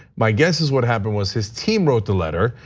my guess is what happened was his team wrote the letter,